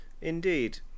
Indeed